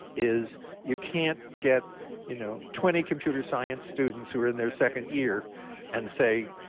is you can't get you know twenty computer science students who are in their second year and say,